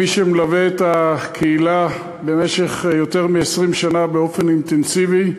כמי שמלווה את הקהילה במשך יותר מ-20 שנה באופן אינטנסיבי,